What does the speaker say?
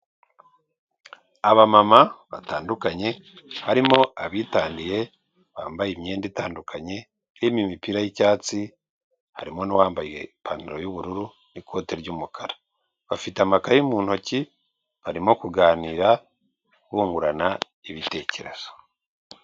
Abamama batandukanye harimo abitaniye bambaye imyenda itandukanye irimo imipira y'icyatsi, harimo n'uwambaye ipantaro y'ubururu n'ikote ry'umukara, bafite amakaye mu ntoki barimo kuganira bungurana ibitekerezo.